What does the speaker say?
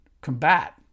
combat